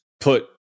put